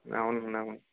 అవునండి అవును